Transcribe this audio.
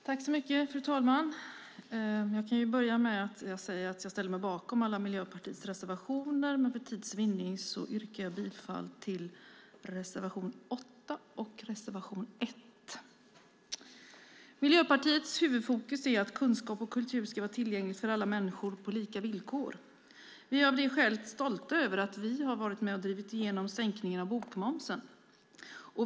Fru talman! Jag ställer mig bakom alla Miljöpartiets reservationer, men för tids vinnande yrkar jag bifall till reservation 8 och reservation 1. Miljöpartiets huvudfokus är att kunskap och kultur ska vara tillgängligt för alla människor på lika villkor. Vi är av det skälet stolta över att vi har varit med och drivit igenom sänkningen av bokmomsen.